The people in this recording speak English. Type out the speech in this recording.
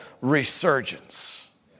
resurgence